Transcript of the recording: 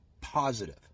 positive